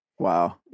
Wow